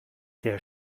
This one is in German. der